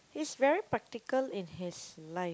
he's very practical in his life